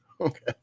Okay